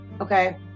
okay